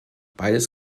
beides